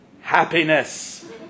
happiness